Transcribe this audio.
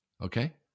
okay